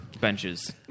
benches